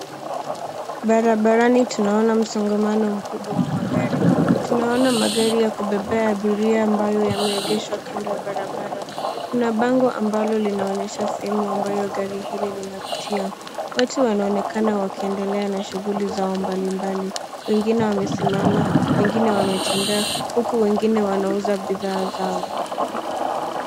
Barabarani tunaona msongamano mkubwa wa magari. Tunaona magari ya kubebea abiria ambayo yameegeshwa kando ya barabara. Kuna bango ambalo linaonyesha sehemu ambayo gari hili linapitia. Watu wanaonekana wakiendelea na shughuli zao mbalimbali, wengine wamesimama, wengine wametembea huku wengine wanauza bidhaa zao.